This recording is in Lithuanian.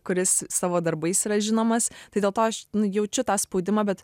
kuris savo darbais yra žinomas tai dėl to aš jaučiu tą spaudimą bet